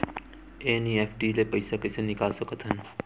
NEFT ले पईसा कइसे निकाल सकत हन?